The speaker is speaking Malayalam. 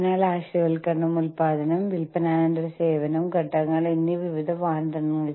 അറിവ് പങ്കിടൽ എന്നതിനർത്ഥം നിങ്ങൾക്ക് അറിയുന്നതെന്തും നിങ്ങൾ മറ്റുള്ളവരുമായി പങ്കിടുന്നു